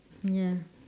ya